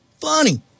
funny